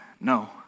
No